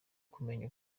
kumenya